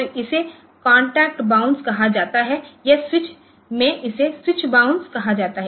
तो इसे contact bounce कहा जाता है या स्विच में इसे स्विच बाउंस कहा जाता है